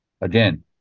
again